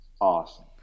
awesome